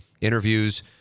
interviews